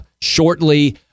shortly